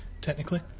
Technically